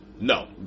No